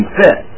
fit